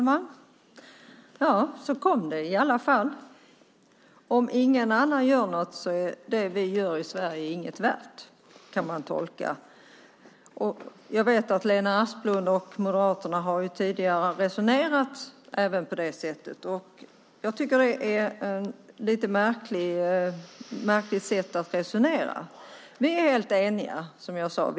Fru talman! Så kom det i alla fall. Om ingen annan gör något är det vi gör i Sverige inget värt, kan man tolka det som. Jag vet att Lena Asplund och Moderaterna även tidigare har resonerat på det sättet. Jag tycker att det är ett lite märkligt sätt att resonera. Vi är helt eniga, som jag sade.